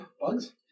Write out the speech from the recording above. Bugs